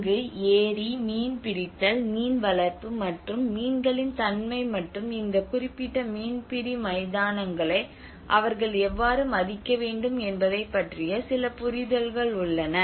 அங்கு ஏரி மீன்பிடித்தல் மீன் வளர்ப்பு மற்றும் மீன்களின் தன்மை மற்றும் இந்த குறிப்பிட்ட மீன்பிடி மைதானங்களை அவர்கள் எவ்வாறு மதிக்க வேண்டும் என்பதைப் பற்றிய சில புரிதல்கள் உள்ளன